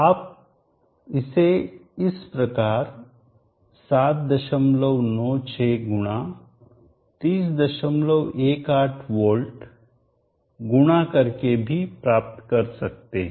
आप इसे इस प्रकार 7963018 वोल्ट गुणा करके भी प्राप्त कर सकते हैं